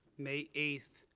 may eight,